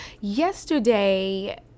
yesterday